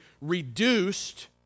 reduced